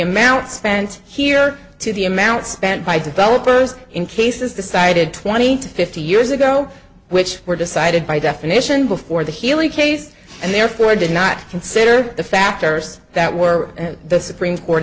amount spent here to the amount spent by developers in cases decided twenty to fifty years ago which were decided by definition before the healey case and therefore did not consider the factors that were in the supreme court